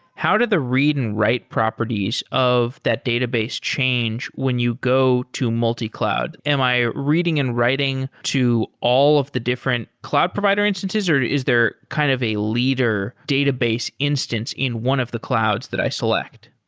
how do the read and write properties of that database change when you go to multi-cloud? am i reading and writing to all of the different cloud provider instances or is there kind of a leader database instance in one of the clouds that i select?